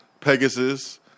Pegasus